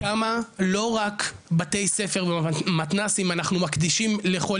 כמה לא רק בתי ספר ומתנ"סים אנחנו מקדישים לכל